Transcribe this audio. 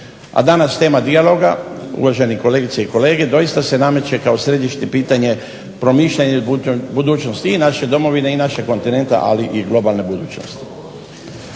A danas tema dijaloga, uvaženi kolegice i kolege, doista se nameće kao središnje pitanje promišljanje budućnosti i naše Domovine i našeg kontinenta, ali i globalne budućnosti.